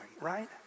right